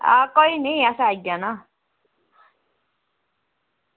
कोई निं असें आई जाना